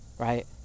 Right